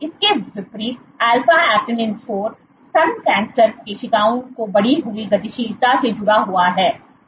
इसके विपरीत alpha actinin 4 स्तन कैंसर कोशिकाओं की बढ़ी हुई गतिशीलता से जुड़ा हुआ है